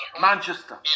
Manchester